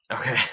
Okay